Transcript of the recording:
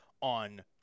on